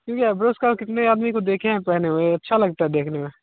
क्योंकि एवरोज का कितने आदमी को देखे है पहने हुए अच्छा लगता है देखने में